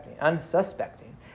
unsuspecting